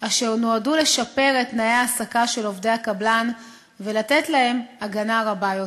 אשר נועדו לשפר את תנאי ההעסקה של עובדי הקבלן ולתת להם הגנה רבה יותר.